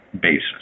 basis